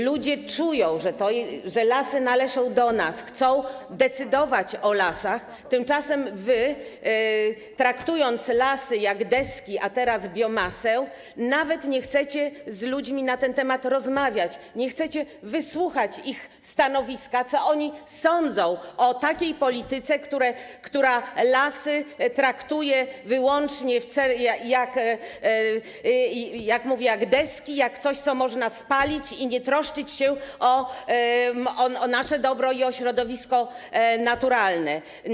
Ludzie czują, że lasy należą do nas, chcą decydować o lasach, tymczasem wy, traktując lasy jak deski, a teraz - biomasę, nawet nie chcecie z ludźmi na ten temat rozmawiać, nie chcecie wysłuchać ich stanowiska, co oni sądzą o takiej polityce, która lasy traktuje wyłącznie, jak mówię, jak deski, jak coś, co można spalić i nie troszczyć się o nasze dobro i o środowisko naturalne.